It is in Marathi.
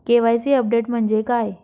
के.वाय.सी अपडेट म्हणजे काय?